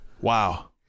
wow